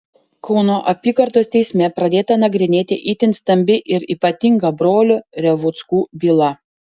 kauno apygardos teisme pradėta nagrinėti itin stambi ir ypatinga brolių revuckų byla